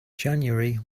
january